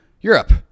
Europe